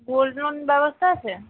gold loan ব্যবস্থা আছে